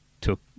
took